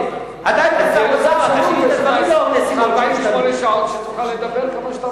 יהיו לך 48 שעות ותוכל לדבר כמה שאתה רוצה.